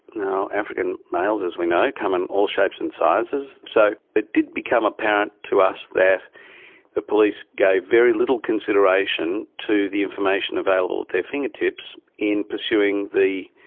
now, african males, as we know, come in all shapes and sizes, so it did become apparent to us that the police gave very little consideration to the information available at their fingertips in pursuing the